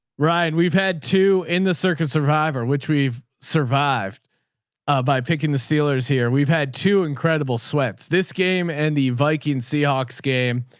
ryan. we've had two in the circus survivor, which we've survived by picking the steelers here. we've had two incredible sweats this game and the viking seahawks game,